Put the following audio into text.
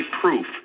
proof